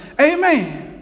Amen